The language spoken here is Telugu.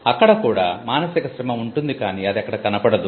అక్కడ కూడా మానసిక శ్రమ ఉంటుంది కాని అది అక్కడ కనపడదు